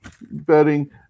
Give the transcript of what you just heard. betting